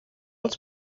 els